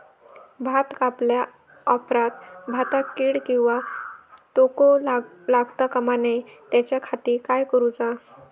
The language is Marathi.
भात कापल्या ऑप्रात भाताक कीड किंवा तोको लगता काम नाय त्याच्या खाती काय करुचा?